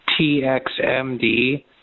TXMD